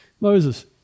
Moses